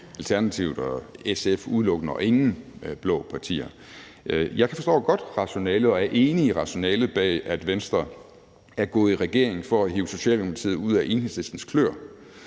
Alternativet og SF og ingen blå partier. Jeg forstår godt rationalet og er enig i rationalet bag, at Venstre er gået i regering for at hive Socialdemokratiet ud af Enhedslistens kløer.